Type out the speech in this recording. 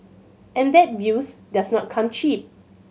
and that view does not come cheap